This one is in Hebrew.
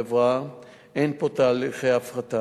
אותה.